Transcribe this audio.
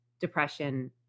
depression